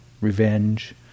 revenge